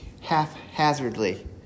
haphazardly